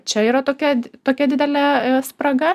čia yra tokia tokia didelė spraga